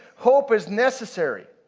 hope is necessary.